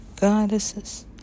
goddesses